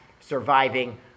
surviving